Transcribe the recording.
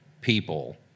people